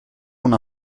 una